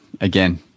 Again